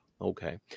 Okay